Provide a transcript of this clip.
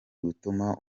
gutuma